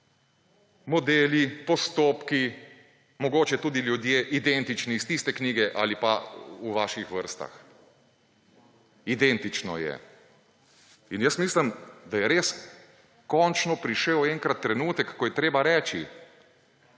modeli, postopki, mogoče tudi ljudje identični iz tiste knjige ali pa v vaših vrstah? Identično je. In jaz mislim, da je res končno prišel enkrat trenutek, ko je treba reči: